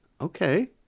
Okay